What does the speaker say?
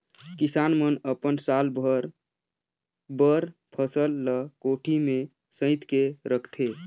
किसान मन अपन साल भर बर फसल ल कोठी में सइत के रखथे